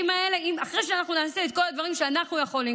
אחרי שנעשה את כל הדברים שאנחנו יכולים,